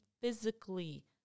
physically